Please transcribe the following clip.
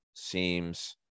seems